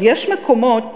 יש מקומות